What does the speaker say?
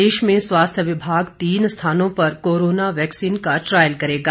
प्रदेश में स्वास्थ्य विभाग तीन स्थानों पर कोरोना वैक्सीन का ट्रायल करेगा